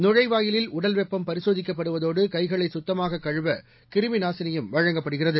நுழைவாயிலில் உடல் வெப்பம் பரிசோதிக்கப்படுவதோடு கைகளை குத்தமாக கழுவ கிருமி நாசினியும் வழங்கப்படுகிறது